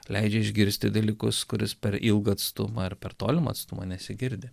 leidžia išgirsti dalykus kuris per ilgą atstumą ar per tolimą atstumą nesigirdi